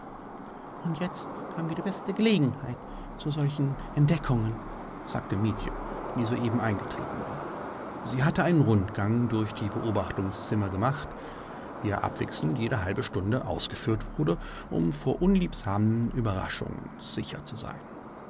und jetzt haben wir die beste gelegenheit zu solchen entdeckungen sagte mietje die soeben eingetreten war sie hatte einen rundgang durch die beobachtungszimmer gemacht wie er abwechselnd jede halbe stunde ausgeführt wurde um vor unliebsamen überraschungen sicher zu sein